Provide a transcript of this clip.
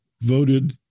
voted